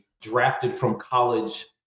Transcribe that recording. drafted-from-college